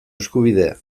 eskubidea